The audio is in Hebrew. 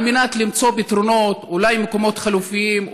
על מנת למצוא פתרונות: אולי מקומות חלופיים,